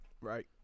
right